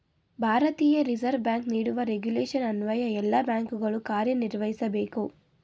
ಭಾರತೀಯ reserve bank ನೀಡುವ regulation ಅನ್ವಯ ಎಲ್ಲ ಬ್ಯಾಂಕುಗಳು ಕಾರ್ಯನಿರ್ವಹಿಸಬೇಕು